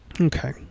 Okay